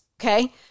okay